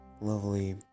lovely